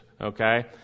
Okay